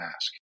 ask